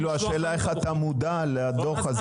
השאלה איך אתה מודע לדוח הזה?